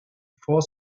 four